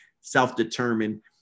self-determined